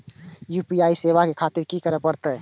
UPI सेवा ले खातिर की करे परते?